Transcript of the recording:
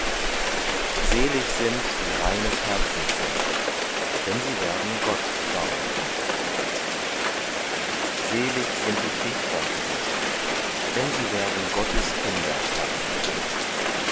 selig sind die reines herzens sind denn sie werden gott schauen selig sind die friedfertigen denn sie werden gottes kinder heißen